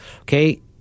okay